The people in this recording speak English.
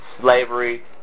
Slavery